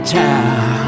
town